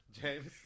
James